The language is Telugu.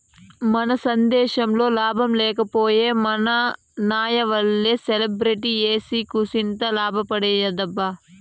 మన సేద్దెంలో లాభం లేక పోయే మా నాయనల్లె స్ట్రాబెర్రీ ఏసి కూసింత లాభపడదామబ్బా